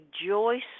rejoice